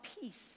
peace